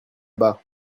bas